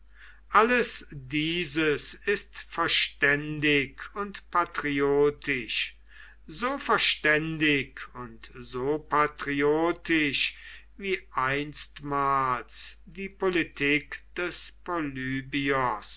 alles dieses ist verständig und patriotisch so verständig und so patriotisch wie einstmals die politik des polybios